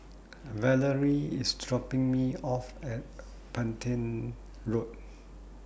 Valerie IS dropping Me off At Petain Road